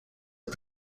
are